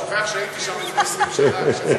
אתה שוכח שהייתי שם לפני 20 שנה, כשזה קם.